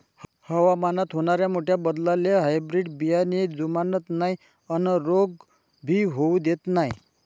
हवामानात होनाऱ्या मोठ्या बदलाले हायब्रीड बियाने जुमानत नाय अन रोग भी होऊ देत नाय